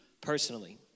personally